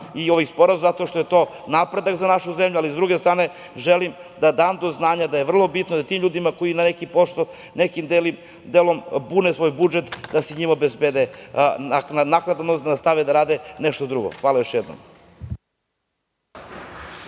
i ovih sporazuma, zato što je to napredak za našu zemlju, ali, s druge strane, želim da dam do znanja da je vrlo bitno da tim ljudima koji nekim delom pune budžet, da se njima obezbedi naknada da mogu da nastave da rade nešto drugo. Hvala još jednom.